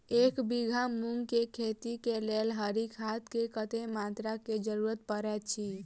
एक बीघा मूंग केँ खेती केँ लेल हरी खाद केँ कत्ते मात्रा केँ जरूरत पड़तै अछि?